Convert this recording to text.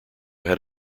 had